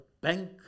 bank